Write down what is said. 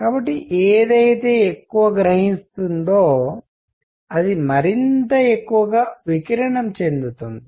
కాబట్టి ఏదైతే ఎక్కువ గ్రహిస్తుందో అది మరింత ఎక్కువగా వికిరణం చెందుతుంది